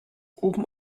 oben